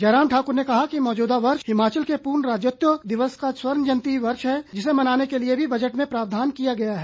जयराम ठाक्र ने कहा कि मौजूदा वर्ष हिमाचल के पूर्ण राज्यत्व दिवस का स्वर्ण जयंती वर्ष है जिसे मनाने के लिए भी बजट में प्रावधान किया गया है